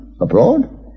Abroad